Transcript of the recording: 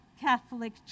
Catholic